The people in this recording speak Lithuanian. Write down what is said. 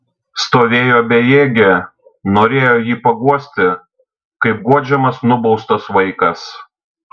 stovėjo bejėgė norėjo jį paguosti kaip guodžiamas nubaustas vaikas